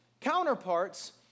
counterparts